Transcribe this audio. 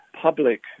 public